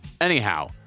Anyhow